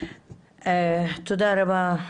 תודה רבה.